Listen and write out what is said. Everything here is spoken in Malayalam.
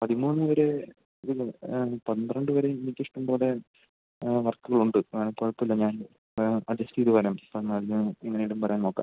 പതിമൂന്ന് വരെ പന്ത്രണ്ട് വരെ എനിക്കിഷ്ടം പോലെ വർക്കുകളുണ്ട് കുഴപ്പമില്ല ഞാൻ അഡ്ജസ്റ്റ് ചെയ്ത് വരാം പതിനാലിന് എങ്ങനെയെങ്കിലും വരാൻ നോക്കാം